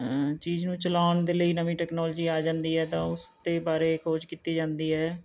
ਚੀਜ਼ ਨੂੰ ਚਲਾਉਣ ਦੇ ਲਈ ਨਵੀਂ ਟੈਕਨੋਲਜੀ ਆ ਜਾਂਦੀ ਹੈ ਤਾਂ ਉਸ ਦੇ ਬਾਰੇ ਖੋਜ ਕੀਤੀ ਜਾਂਦੀ ਹੈ